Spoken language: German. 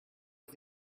auf